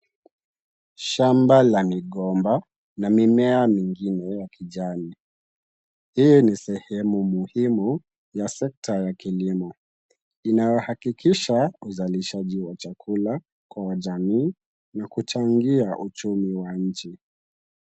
Shamba la migomba na mimea mingine ya kijani. Hio ni sehemu muhimu ya sekta ya kilimo. Inayohakikisha uzalishaji wa chakula kwa jamii na kuchangia uchumi wa nchi.